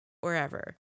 wherever